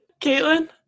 Caitlin